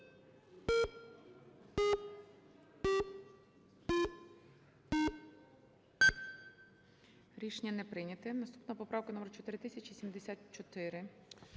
Рішення не прийнято. Наступна поправка - номер 4074.